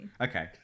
Okay